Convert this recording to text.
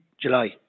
July